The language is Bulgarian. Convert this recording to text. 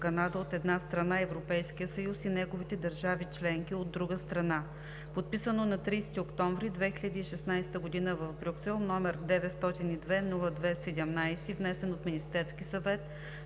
Канада, от една страна, и Европейския съюз и неговите държави членки, от друга страна, подписано на 30 октомври 2016 г. в Брюксел, Кралство Белгия, № 902-02-17, внесен от Министерския съвет